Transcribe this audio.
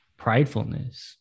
pridefulness